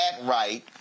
right